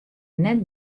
net